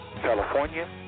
California